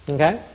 Okay